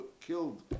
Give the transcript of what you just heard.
killed